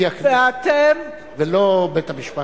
הוא הכנסת ולא בית-המשפט.